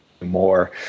more